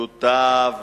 שותף.